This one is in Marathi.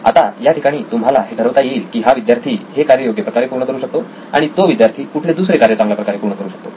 आता या ठिकाणी तुम्हाला हे ठरवता येईल की हा विद्यार्थी हे कार्य योग्य प्रकारे पूर्ण करू शकतो आणि तो विद्यार्थी कुठले दुसरे कार्य चांगल्या प्रकारे पूर्ण करू शकतो